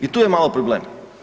I tu je malo problem.